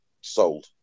sold